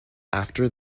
after